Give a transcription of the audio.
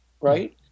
right